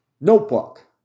notebook